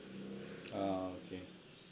ah okay